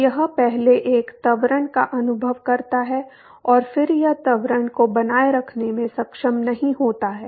तो यह पहले एक त्वरण का अनुभव करता है और फिर यह त्वरण को बनाए रखने में सक्षम नहीं होता है